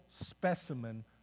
specimen